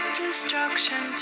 destruction